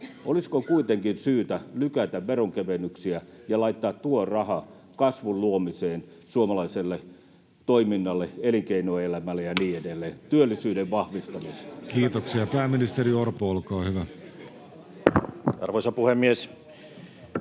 Olisiko kuitenkin syytä lykätä veronkevennyksiä ja laittaa tuo raha kasvun luomiseen suomalaiselle toiminnalle, elinkeinoelämälle ja niin edelleen, työllisyyden vahvistamiseen? [Jani Mäkelä: Veronkevennys luo kasvua!] Kiitoksia. — Pääministeri Orpo, olkaa hyvä. Arvoisa puhemies!